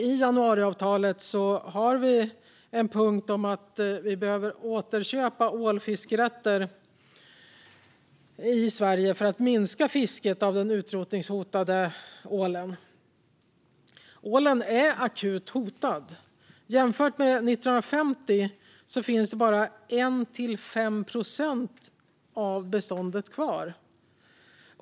I januariavtalet har vi en punkt om att vi behöver återköpa ålfiskerätter i Sverige för att minska fisket av den utrotningshotade ålen. Ålen är akut hotad. Jämfört med 1950 finns bara 1-5 procent av beståndet kvar.